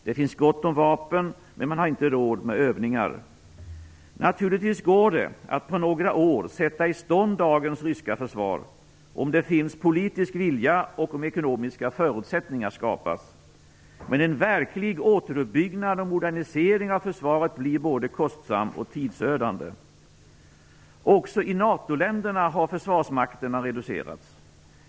Det finns gott om vapen, men man har inte råd med övningar. Naturligtvis går det att på några år sätta dagens ryska försvar i stånd om det finns politisk vilja och om ekonomiska förutsättningar skapas, men en verklig återuppbyggnad och modernisering av försvaret blir både kostsam och tidsödande. Också i NATO-länderna har försvarsmakterna reducerats.